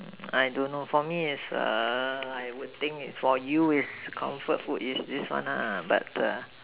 I don't know for me it's err I would think it's for you it's comfort food is this one lah but err